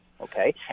okay